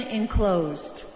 enclosed